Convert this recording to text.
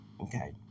Okay